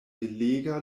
belega